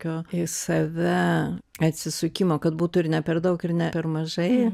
tokio į save atsisukimą kad būtų ir ne per daug ir ne per mažai